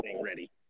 ready